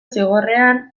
zigorrean